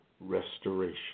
restoration